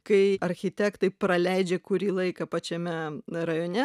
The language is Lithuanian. kai architektai praleidžia kurį laiką pačiame rajone